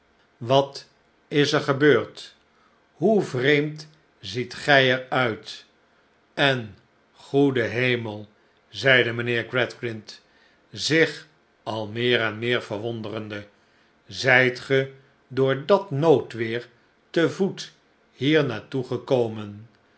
wat is er gebeurd hoe vreemd ziet gij er uit en goede hemel zeide mijnheer gradgrind zich al meer en meer verwonderende zijt ge door dat noodweer te voet hier naar toe gekomen